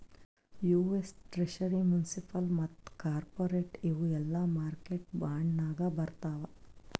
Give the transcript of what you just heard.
US treasury, municipal ಮತ್ತ corporate ಇವು ಎಲ್ಲಾ ಮಾರ್ಕೆಟ್ ಬಾಂಡ್ ನಾಗೆ ಬರ್ತಾವ್